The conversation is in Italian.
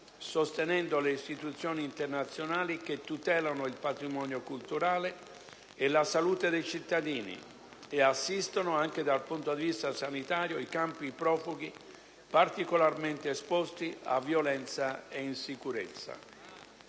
sostenendo le istituzioni internazionali che tutelano il patrimonio culturale e la salute dei cittadini e assistono, anche dal punto di vista sanitario, i campi profughi particolarmente esposti a violenza e insicurezza.